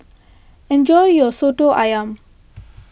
enjoy your Soto Ayam